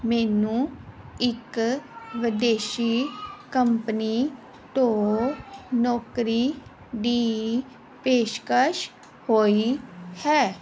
ਮੈਨੂੰ ਇੱਕ ਵਿਦੇਸ਼ੀ ਕੰਪਨੀ ਤੋਂ ਨੌਕਰੀ ਦੀ ਪੇਸ਼ਕਸ਼ ਹੋਈ ਹੈ